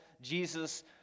Jesus